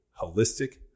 Holistic